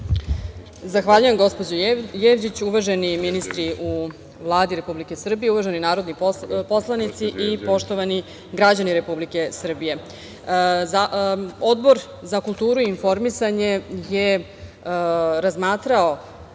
Zahvaljujem, gospođo Jevđić. Uvaženi ministri u Vladi Republike Srbije, uvaženi narodni poslanici i poštovani građani Republike Srbije, Odbor za kulturu i informisanje je razmatrao